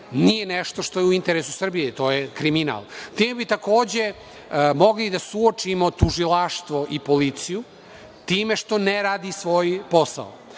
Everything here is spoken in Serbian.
nije nešto što je u interesu Srbije, to je kriminal. Time bi takođe, mogli da suočimo tužilaštvo i policiju, time što ne radi svoj posao.